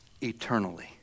eternally